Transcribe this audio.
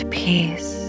peace